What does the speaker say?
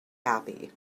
happy